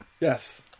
Yes